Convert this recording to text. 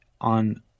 on